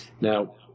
Now